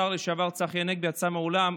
השר לשעבר צחי הנגבי יצא מהאולם,